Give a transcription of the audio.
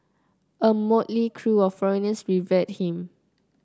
a motley crew of foreigners revered him